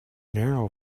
narrow